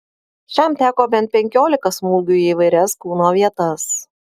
šiam teko bent penkiolika smūgių į įvairias kūno vietas